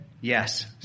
Yes